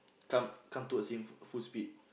come come towards him full full speed